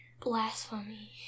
Blasphemy